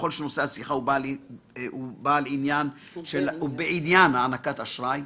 ככל שהשיחה היא בעניין הענקת אשראי?